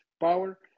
power